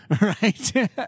Right